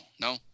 No